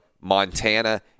Montana